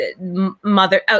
mother